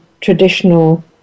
traditional